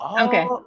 okay